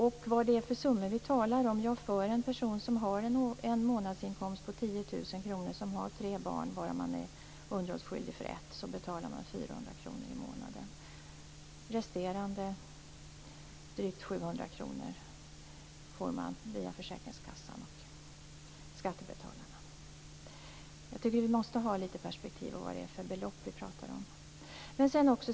Vilka summor är det vi talar om? Ja, en person med en månadsinkomst på 10 000 kr som har tre barn, varav man är underhållsskyldig för ett, betalar 400 kr i månaden. Resterande, drygt 700 kr, får man via försäkringskassan och skattebetalarna. Vi måste alltså ha litet perspektiv på de belopp vi talar om.